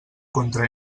contra